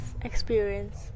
experience